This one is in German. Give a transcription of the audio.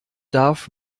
darf